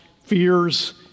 fears